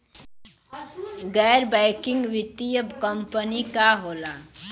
गैर बैकिंग वित्तीय कंपनी का होला?